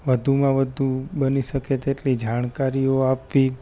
વધુમાં વધુ બની શકે તેટલી જાણકારીઓ આપવી